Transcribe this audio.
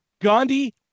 Gandhi